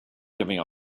giving